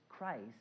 Christ